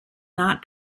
not